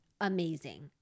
amazing